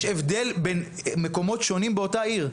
יש הבדל בין מקומות שונים באותה עיר.